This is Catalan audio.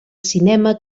cinema